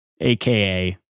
aka